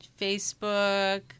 Facebook